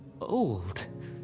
old